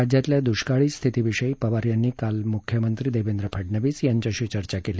राज्यातल्या दुष्काळी स्थिती विषयी पवार यांनी काल मुख्यमंत्री देवेंद्र फडणवीस यांच्याशी चर्चा केली